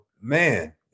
man